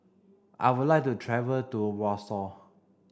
I would like to travel to Warsaw